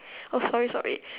oh sorry sorry